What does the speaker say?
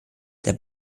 der